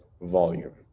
volume